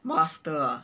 master ah